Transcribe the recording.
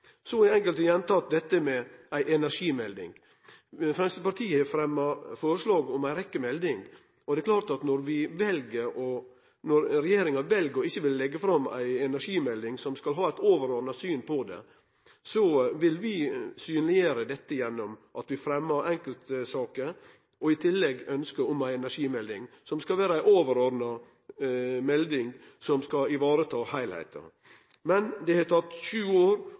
Så har ein gjenteke dette med ei energimelding. Framstegspartiet har fremma forslag om ei rekkje meldingar. Det er klart at når regjeringa vel å ikkje leggje fram ei energimelding, som skal ha eit overordna syn på dette, vil vi synleggjere dette ved at vi fremmer enkeltsaker, i tillegg til eit ønske om ei energimelding, som skal vere ei overordna melding, og som skal sikre heilskapen. Men dette har teke sju år